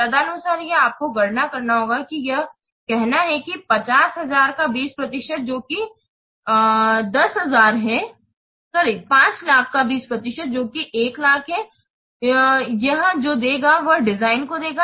तदनुसार यह आपको गणना करना होगा यह कहना है कि 500000 का 20 प्रतिशत जो कि 100000 है यह जो देगा वह डिज़ाइन को देगा